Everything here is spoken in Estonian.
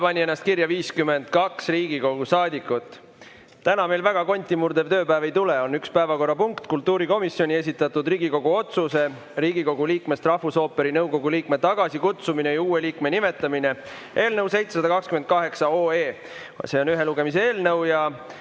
See on ühe lugemise eelnõu